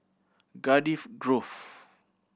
Cardiff Grove